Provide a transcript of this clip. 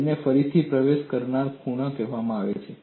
તેમને ફરીથી પ્રવેશ કરનાર ખૂણા કહેવામાં આવે છે